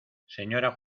señora